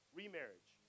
remarriage